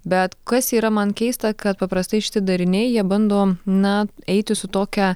bet kas yra man keista kad paprastai šitie dariniai jie bando na eiti su tokia